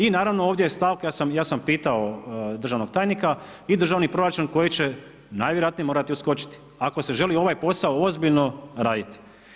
I naravno ovdje je stavka, ja sam pitao državnog tajnika, i državni proračun koji će najvjerojatnije morati uskočiti ako se želi ovaj posao ozbiljno raditi.